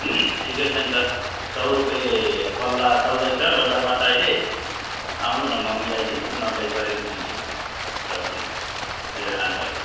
ठिकै छ नि त सौ रुपियाँ पल्ला चल्दैछ बजारमा त अहिले आउनु न म मिलाइदिन्छु नब्बे गरेर दिन्छु तपाईँलाई धेरै लानुभयो भने